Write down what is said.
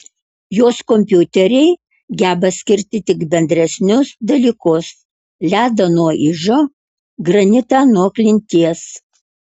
jos kompiuteriai geba skirti tik bendresnius dalykus ledą nuo ižo granitą nuo klinties